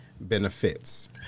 benefits